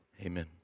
amen